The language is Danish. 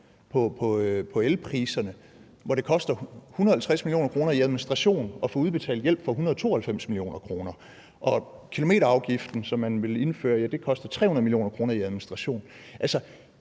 på elpriserne, hvor det koster 150 mio. kr. i administration at få udbetalt hjælp for 192 mio. kr., og kilometerafgiften, som man ville indføre, koster 300 mio. kr. i administration.